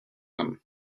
them